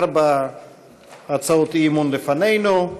ארבע הצעות אי-אמון לפנינו.